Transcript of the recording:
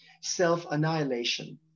self-annihilation